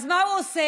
אז מה הוא עושה?